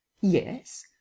Yes